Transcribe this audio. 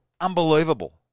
unbelievable